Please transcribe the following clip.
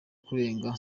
kurenga